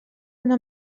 una